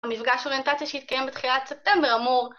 המפגש אוריינטציה שהתקיים בתחילת ספטמבר אמור